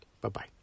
Bye-bye